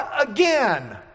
again